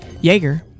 Jaeger